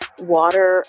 water